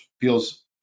feels